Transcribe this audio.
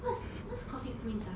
what's what's coffee prince ah